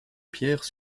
pierre